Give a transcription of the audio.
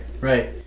right